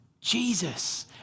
Jesus